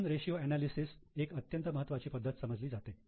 म्हणून रेषीयो एनालिसिस एक अत्यंत महत्त्वाची पद्धत समजली जाते